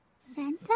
Santa